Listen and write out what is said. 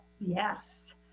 Yes